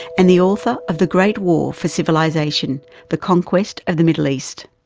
and the author of the great war for civilisation the conquest of the middle east.